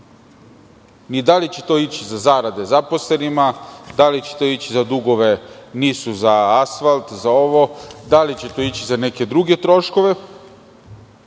ni da li će to ići za zarade zaposlenima, da li će to ići za dugove NIS-u za asfalt, za ovo, da li će to ići za neke druge troškove,